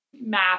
math